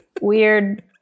weird